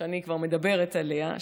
שאני כבר מדברת עליה,